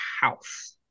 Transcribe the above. house